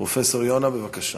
פרופסור יונה, בבקשה.